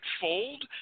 fold